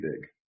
big